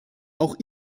auch